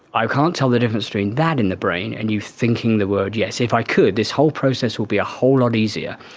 i can't tell the difference between that in the brain and you thinking the word yes. if i could, this process would be a whole lot easier.